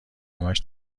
همش